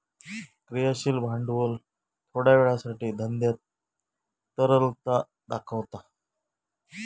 क्रियाशील भांडवल थोड्या वेळासाठी धंद्यात तरलता दाखवता